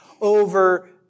over